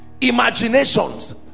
imaginations